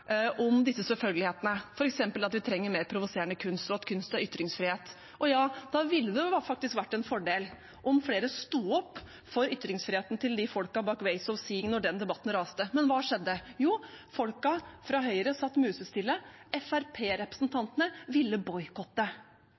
om disse selvfølgelighetene, f.eks. at vi trenger mer provoserende kunst, og at kunst er ytringsfrihet. Ja, da ville det faktisk vært en fordel om flere sto opp for ytringsfriheten til folkene bak «Ways of Seeing» da den debatten raste. Men hva skjedde? Jo, folkene fra Høyre satt musestille. Fremskrittsparti-representantene ville boikotte.